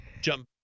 jump